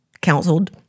counseled